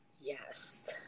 Yes